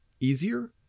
easier